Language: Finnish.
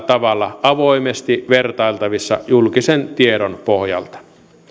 tavalla avoimesti vertailtavissa julkisen tiedon pohjalta